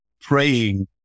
praying